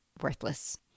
worthless